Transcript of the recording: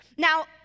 Now